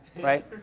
right